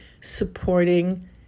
supporting